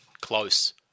close